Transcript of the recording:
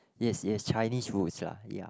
yes it has Chinese roots lah ya